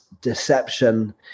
deception